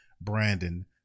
Brandon